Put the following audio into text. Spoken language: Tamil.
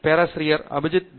பேராசிரியர் அபிஜித் பி